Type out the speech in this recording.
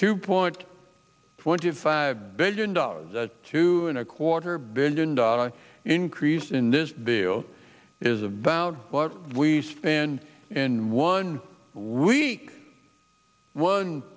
two point one to five billion dollars that two and a quarter billion dollar increase in this bill is about what we spend in one week one